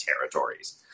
territories